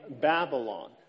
Babylon